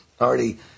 already